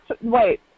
Wait